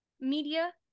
media